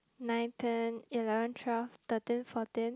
nine ten eleven twelve thirteen fourteen